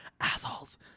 assholes